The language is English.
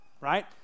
right